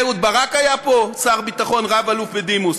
אהוד ברק היה פה שר ביטחון רב-אלוף בדימוס.